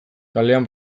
kalean